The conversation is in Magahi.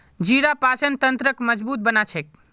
जीरा पाचन तंत्रक मजबूत बना छेक